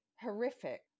horrific